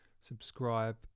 subscribe